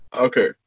Okay